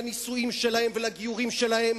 לנישואים שלהם ולגיורים שלהם,